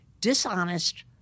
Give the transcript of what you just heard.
dishonest